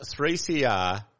3CR